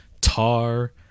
Tar